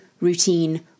routine